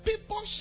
people